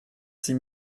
six